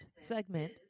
segment